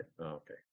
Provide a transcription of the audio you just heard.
Okay